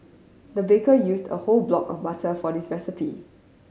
the baker used a whole block of butter for this recipe